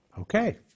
Okay